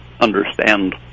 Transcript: understand